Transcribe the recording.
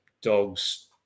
dogs